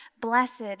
Blessed